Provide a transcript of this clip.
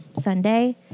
Sunday